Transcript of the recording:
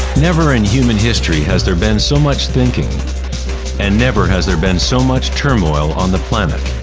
never in human history has there been so much thinking and never has there been so much turmoil on the planet.